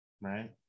right